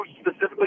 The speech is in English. specifically